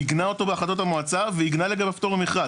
היא עיגנה אותו בהחלטות המועצה ועיגנה לגביו פטור ממכרז.